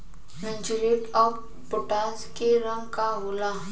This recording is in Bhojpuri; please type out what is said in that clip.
म्यूरेट ऑफ पोटाश के रंग का होला?